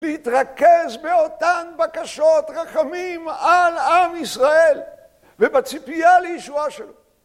להתרכז באותן בקשות רחמים על עם ישראל ובציפייה לישועה שלו.